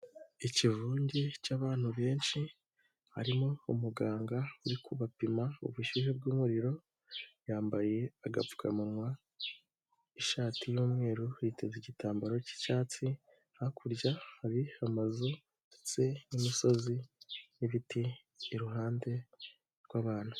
Ikivunge cy'abantu benshi harimo umuganga uri kubapima ubushyuhe bw'umuriro, yambaye agapfukamunwa, ishati y'umweru yiteze igitambaro k'icyatsi hakurya hari amazu ndetse n'imisozi n'ibiti iruhande rw'abantu.